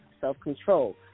self-control